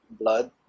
blood